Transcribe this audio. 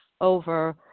over